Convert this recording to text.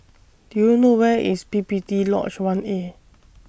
Do YOU know Where IS P P T Lodge one A